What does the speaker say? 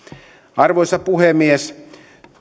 arvoisa puhemies